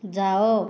ଯାଅ